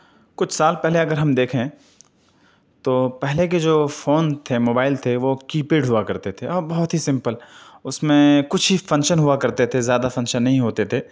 کچھ سال پہلے اگر ہم دیکھیں تو پہلے کے جو فون تھے موبائل تھے وہ کی پیڈ ہوا کرتے تھے اور بہت ہی سپمل اس میں کچھ ہی فنکشن ہوا کرتے تھے زیادہ فنکشن نہیں ہوتے تھے